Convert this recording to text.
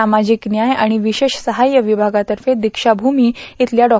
सामाजिक न्याय आणि विशेष सहाय्य विभागातर्फे दीक्षाम्रमी इथल्या डॉ